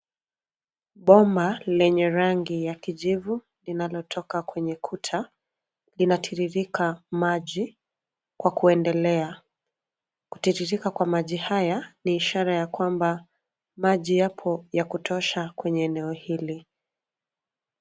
Bomba lenye rangi ya kijivu linalotoka kwenye kuta, linatirirrika maji kwa kuendelea. Kutiririka kwa maji haya ni ishara ya kwamba maji yako ya kutosha kwenye eneo hili.